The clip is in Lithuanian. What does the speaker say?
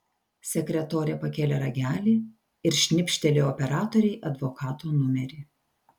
sekretorė pakėlė ragelį ir šnibžtelėjo operatorei advokato numerį